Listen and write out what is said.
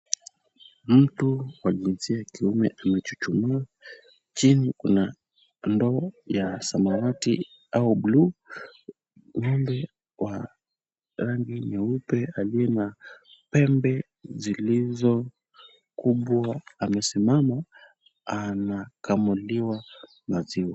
Mtu wa jinsia ya kiume amechuchumaa, chini kuna ndoo ya samawati au bluu. Ng'ombe wa rangi nyeupe aliye na pembe zilizo kubwa amesimama anakamuliwa maziwa.